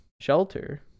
shelter